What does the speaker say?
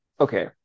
Okay